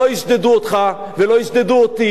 אני רוצה שלא ישדדו אותך ולא ישדדו אותי.